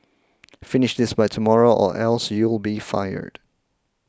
finish this by tomorrow or else you'll be fired